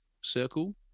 circle